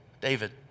David